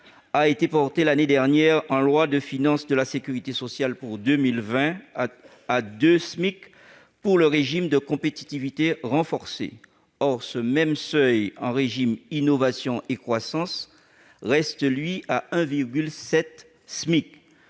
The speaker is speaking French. a été porté, l'année dernière, en loi de financement de la sécurité sociale pour 2020, à 2 SMIC pour le régime « de compétitivité renforcée ». Or ce même seuil, en régime « innovation et croissance », reste, lui, à 1,7 SMIC.